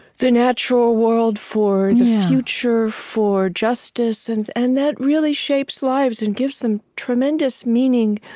the natural world, for the future, for justice, and and that really shapes lives and gives them tremendous meaning.